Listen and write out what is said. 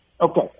Okay